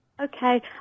Okay